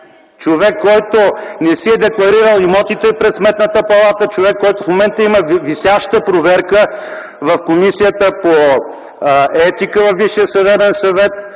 човек, който не си е декларирал имотите пред Сметната палата, човек, който в момента има висяща проверка в Комисията по етика във